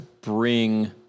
bring